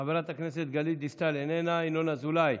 חברת הכנסת גלית דיסטל, איננה, ינון אזולאי,